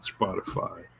Spotify